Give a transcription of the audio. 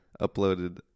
uploaded